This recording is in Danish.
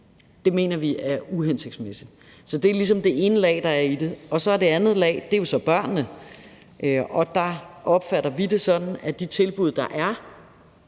Det mener vi er uhensigtsmæssigt. Det er ligesom det ene lag, der er i det, og det andet lag er så børnene. Der opfatter vi det sådan, at de tilbud, der er,